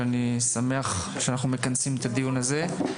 ואני שמח שאנחנו מכנסים את הדיון הזה.